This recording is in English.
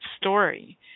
story